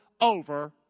over